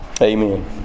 Amen